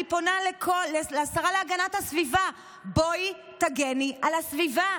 אני פונה לשרה להגנת הסביבה: בואי תגני על הסביבה,